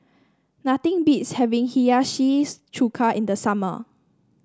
nothing beats having Hiyashi Chuka in the summer